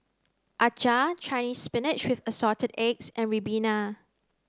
Acar Chinese spinach with assorted eggs and ribena